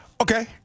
okay